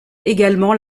également